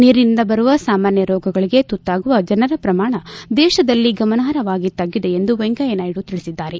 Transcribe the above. ನೀರಿನಿಂದ ಬರುವ ಸಾಮಾನ್ಯ ರೋಗಗಳಿಗೆ ತುತ್ತಾಗುವ ಜನರ ಪ್ರಮಾಣ ದೇಶದಲ್ಲಿ ಗಮನಾರ್ಹವಾಗಿ ತಗ್ಗಿದೆ ಎಂದು ವೆಂಕಯ್ಯ ನಾಯ್ಡ ತಿಳಿಸಿದ್ದಾರೆ